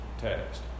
text